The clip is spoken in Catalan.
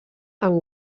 amb